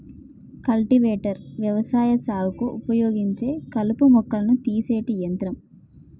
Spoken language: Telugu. కల్టివేటర్ వ్యవసాయ సాగుకు ఉపయోగించే కలుపు మొక్కలను తీసేటి యంత్రం